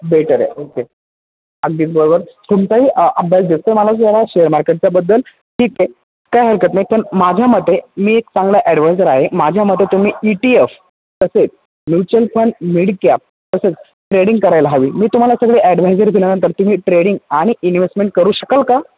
better आहे okay अगदीच बरोबर तुमचाही अभ्यास दिसतो मला जरा शेअर मार्केटच्या बद्दल ठीक आहे काही हरकत नाही पण माझ्या मते मी एक चांगला ॲडवायझर आहे माझ्या मते तुम्ही ई टी एफ तसेच म्युच्युअल फंड मीडकॅप तसेच ट्रेडिंग करायला हवी मी तुम्हाला सगळे ॲडव्हायजर दिल्यानंतर तुम्ही ट्रेडिंग आणि इन्व्हेस्टमेंट करू शकाल का